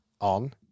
on